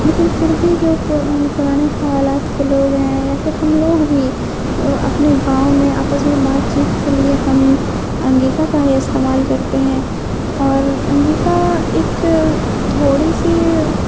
لیکن پھر بھی جو پرانے خیالات کے لوگ ہیں یا پھر ہم لوگ بھی اپنے گاؤں میں آپس میں بات چیت کے لیے ہم انگیکا کا ہی استعمال کرتے ہیں اور انگیکا ایک تھوڑی سی